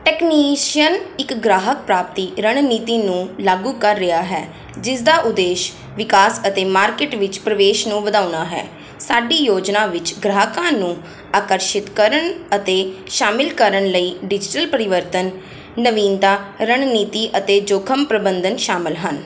technician ਇੱਕ ਗ੍ਰਾਹਕ ਪ੍ਰਾਪਤੀ ਰਣਨੀਤੀ ਨੂੰ ਲਾਗੂ ਕਰ ਰਿਹਾ ਹੈ ਜਿਸਦਾ ਉਦੇਸ਼ ਵਿਕਾਸ ਅਤੇ ਮਾਰਕੀਟ ਵਿੱਚ ਪ੍ਰਵੇਸ਼ ਨੂੰ ਵਧਾਉਣਾ ਹੈ ਸਾਡੀ ਯੋਜਨਾ ਵਿੱਚ ਗ੍ਰਾਹਕਾਂ ਨੂੰ ਆਕਰਸ਼ਿਤ ਕਰਨ ਅਤੇ ਸ਼ਾਮਲ ਕਰਨ ਲਈ ਡਿਜੀਟਲ ਪਰਿਵਰਤਨ ਨਵੀਨਤਾ ਰਣਨੀਤੀ ਅਤੇ ਜੋਖਮ ਪ੍ਰਬੰਧਨ ਸ਼ਾਮਲ ਹਨ